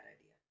idea